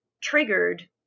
triggered